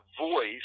voice